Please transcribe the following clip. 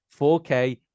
4K